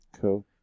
Cool